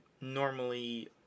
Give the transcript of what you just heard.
normally